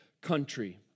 country